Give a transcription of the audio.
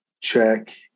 check